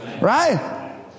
Right